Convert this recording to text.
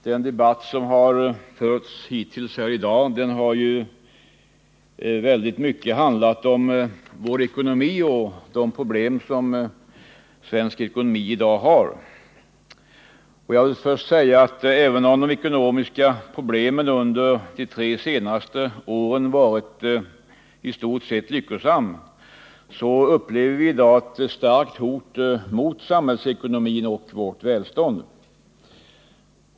Den debatt som förts hittills här i dag har ju i stor utsträckning handlat om vår ekonomi och de problem som svensk ekonomi i dag har. Jag vill först säga att även om den ekonomiska politiken under de tre senaste åren varit i stort sett lyckosam, så upplever vi i dag ett starkt hot mot samhällsekonomin och vårt välstånd.